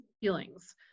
feelings